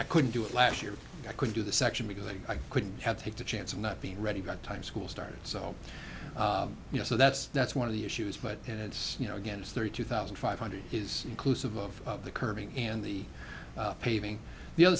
i couldn't do it last year i could do the section because i couldn't have take the chance of not being ready by time school started so you know so that's that's one of the issues but it's you know again it's thirty two thousand five hundred is inclusive of the curving and the paving the other